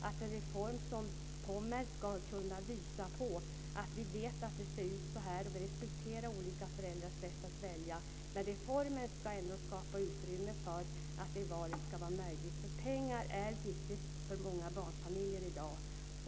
Den reform som kommer ska kunna visa på att vi vet att det ser ut så här och att vi respekterar olika föräldrars rätt att välja. Reformen ska skapa utrymme för att göra detta val möjligt, för pengar är viktigt för många barnfamiljer i dag.